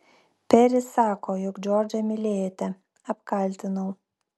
peris sako jog džordžą mylėjote apkaltinau